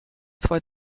zwei